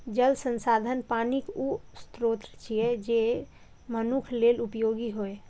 जल संसाधन पानिक ऊ स्रोत छियै, जे मनुक्ख लेल उपयोगी होइ